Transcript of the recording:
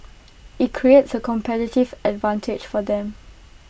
IT creates A competitive advantage for them